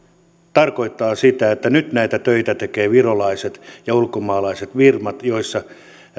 tarkoittaa sitä että nyt näitä töitä tekevät virolaiset ja ulkomaalaiset firmat joissa